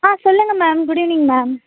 ஆ சொல்லுங்க ma'am good evening ma'am